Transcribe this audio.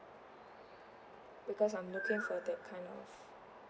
because I'm looking for that kind of